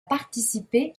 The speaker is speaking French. participé